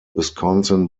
wisconsin